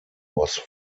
was